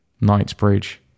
Knightsbridge